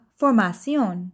formación